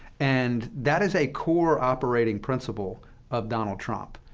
and that is a core operating principle of donald trump.